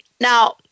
Now